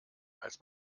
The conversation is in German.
als